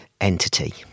entity